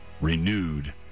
renewed